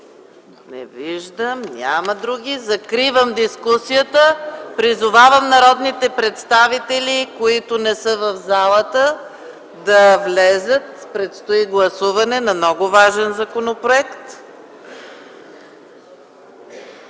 Не виждам. Закривам дискусията. Призовавам народните представители, които не са в залата, да влязат, предстои гласуване на много важен законопроект.